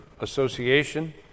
Association